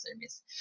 service